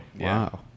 Wow